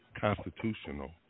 constitutional